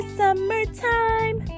summertime